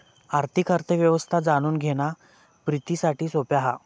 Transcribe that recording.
आर्थिक अर्थ व्यवस्था जाणून घेणा प्रितीसाठी सोप्या हा